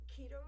keto